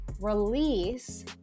release